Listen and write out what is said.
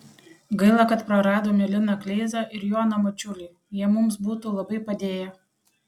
gaila kad praradome liną kleizą ir joną mačiulį jie mums būtų labai padėję